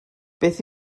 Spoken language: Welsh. beth